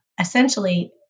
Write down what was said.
essentially